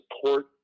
support